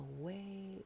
away